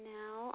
now